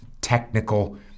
technical